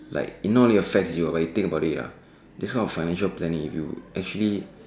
like it not only affects you but you think about it ah this kind of financial planning if you actually